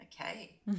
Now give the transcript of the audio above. okay